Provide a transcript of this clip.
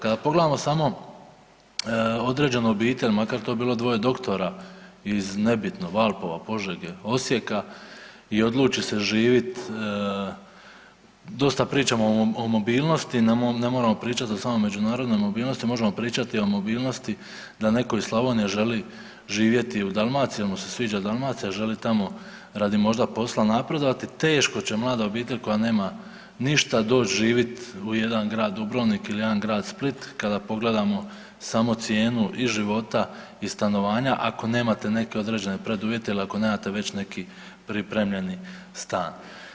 Kada pogledamo samo određenu obitelj makar to bilo dvoje doktora iz nebitno Valpova, Požege, Osijeka i odluči se živit, dosta pričamo o mobilnosti, ne moramo pričat samo o međunarodnoj mobilnosti, možemo pričati o mobilnosti da neko iz Slavonije želi živjeti u Dalmaciji jer mu se sviđa Dalmacija, želi tamo radi možda posla napredovati, teško će mlada obitelj koja nema ništa doć živit u jedan grad Dubrovnik ili jedan grad Split, kada pogledamo samo cijenu i života i stanovanja ako nemate neke određene preduvjete ili ako nemate već neki pripremljeni stan.